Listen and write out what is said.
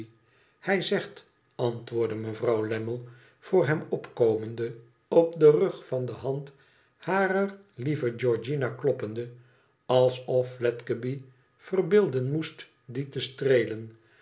ihij zegt antwoordde mevrouw lammie voor hem opkomende op den rug van de hand harer lieve georgiana kloppende alsof fledgeby verbeelden moest die te streelen